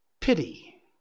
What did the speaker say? Pity